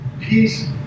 Peace